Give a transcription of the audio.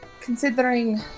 considering